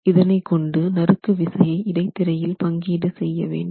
இதனை கொண்டு நறுக்கு விசையை இடைத்திரையில் பங்கீடு செய்ய வேண்டும்